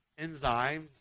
enzymes